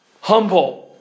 Humble